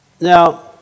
Now